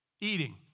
eating